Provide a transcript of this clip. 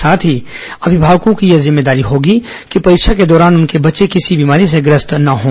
साथ ही अभिभावकों की यह जिम्मेदारी होगी कि परीक्षा के दौरान उनके बच्चे किसी बीमारी से ग्रस्त न हों